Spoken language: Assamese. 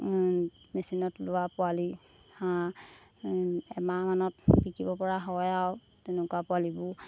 মেচিনত ওলোৱা পোৱালি হাঁহ এমাহমানত বিকিব পৰা হয় আৰু তেনেকুৱা পোৱালিবোৰ